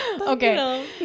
Okay